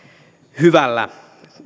hyvällä